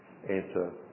answer